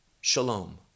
Shalom